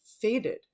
faded